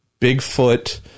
Bigfoot